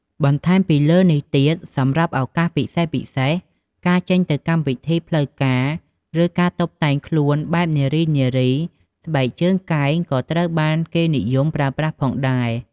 បន្ថែមពីលើនេះទៀត សម្រាប់ឱកាសពិសេសៗ ការចេញទៅកម្មវិធីផ្លូវការ ឬការតុបតែងខ្លួនបែបនារីៗ ស្បែកជើងកែងក៏ត្រូវបានគេនិយមប្រើប្រាស់ផងដែរ។